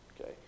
okay